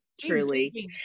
truly